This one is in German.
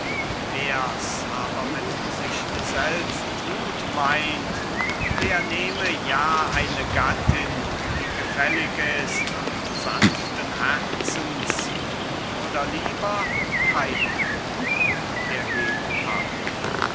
wer's aber mit sich selbst gut meint der nehme ja eine gattin die gefällig ist und sanften herzens oder lieber keine